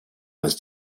was